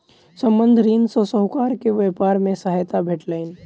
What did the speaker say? संबंद्ध ऋण सॅ साहूकार के व्यापार मे सहायता भेटलैन